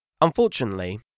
Unfortunately